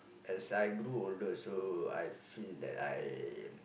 as I grew older also I feel that I